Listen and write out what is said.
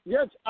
Yes